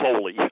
solely